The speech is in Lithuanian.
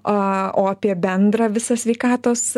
o apie bendrą visą sveikatos